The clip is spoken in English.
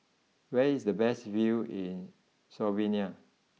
where is the best view in Slovenia